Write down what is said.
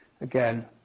Again